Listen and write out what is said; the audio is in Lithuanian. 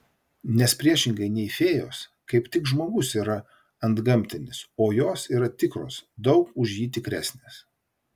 nes priešingai nei fėjos kaip tik žmogus yra antgamtinis o jos yra tikros daug už jį tikresnės